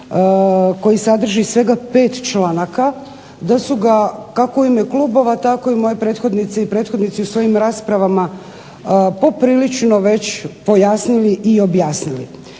koji sadrži svega pet članaka da su ga kako u ime klubova, tako i moje prethodnice i prethodnici u svojim raspravama poprilično već pojasnili i objasnili.